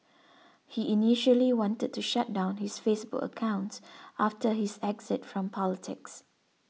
he initially wanted to shut down his Facebook accounts after his exit from politics